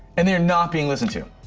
and they're not being listened to.